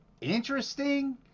interesting